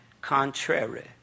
contrary